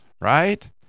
right